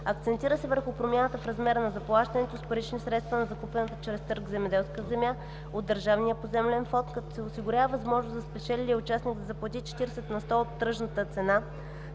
Акцентира се и върху промяната в размера на заплащането с парични средства на закупената чрез търг земеделска земя от държавния поземлен фонд, като се осигурява възможност на спечелилия участник да заплати 40 на сто от тръжната цена